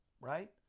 right